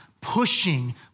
pushing